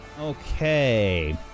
Okay